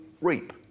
reap